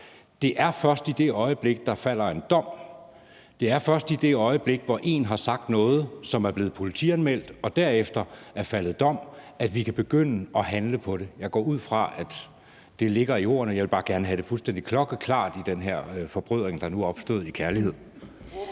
at det først er i det øjeblik, hvor der falder en dom; at det først er i det øjeblik, hvor en har sagt noget, som er blevet politianmeldt, og der derefter er faldet dom, at vi kan begynde at handle på det. Jeg går ud fra, at det ligger i ordene. Jeg vil bare gerne have det sagt fuldstændig klokkeklart i den her forbrødring, der nu er opstået i kærlighed.